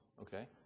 Okay